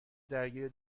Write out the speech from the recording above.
درگیر